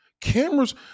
Cameras